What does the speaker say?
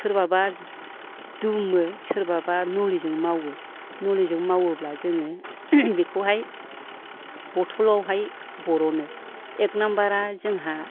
सोरबा बा दुमो सोरबा बा नलिजों मावो नलिजों मावोब्ला जोङो बेखौ हाय बथलाव हाय बर'नो एख नाम्बारा जोंहा